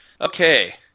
Okay